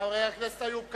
חבר הכנסת איוב קרא,